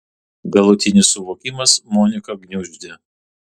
galutinis suvokimas moniką gniuždė